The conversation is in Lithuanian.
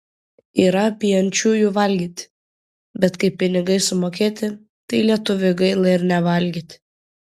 yra bijančiųjų valgyti bet kai pinigai sumokėti tai lietuviui gaila ir nevalgyti